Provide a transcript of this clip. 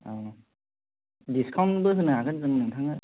दिसकाउनबो होनोहागोन जों नोंथांनो